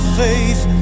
faith